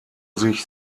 sich